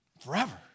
forever